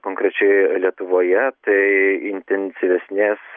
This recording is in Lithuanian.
konkrečiai lietuvoje tai intensyvesnės